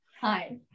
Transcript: hi